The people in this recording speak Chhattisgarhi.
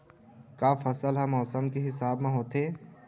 का फसल ह मौसम के हिसाब म होथे?